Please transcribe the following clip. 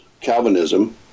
Calvinism